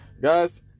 guys